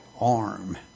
arm